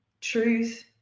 truth